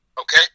Okay